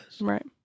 Right